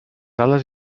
ales